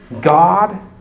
God